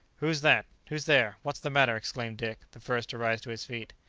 who's that? who's there? what's the matter? exclaimed dick, the first to rise to his feet.